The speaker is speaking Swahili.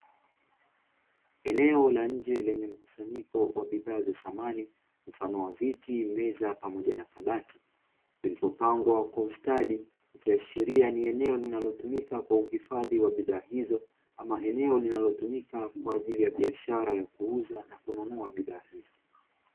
Eneo la nje lenye mkusanyoliko wa bidhaa za samani mfano wa viti, meza pamoja na kabati vilivyopangwa kwa ustadi ikiashiria ni eneo linalotumika kwa uhifadhi wa bidhaa hizo ama eneo linalotumika kwa ajili ya biashara ya kuuza na kununua bidhaa hizo.